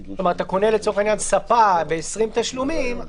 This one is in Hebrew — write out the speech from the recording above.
נניח ואתה קונה ספה ב-20 תשלומים,